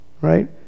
right